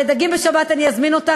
לדגים בשבת אני אזמין אותך,